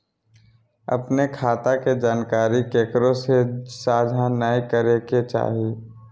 अपने खता के जानकारी केकरो से साझा नयय करे के चाही